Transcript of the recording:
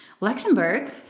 Luxembourg